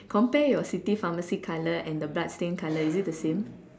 compare your city pharmacy colour and you blood stain colour is it the same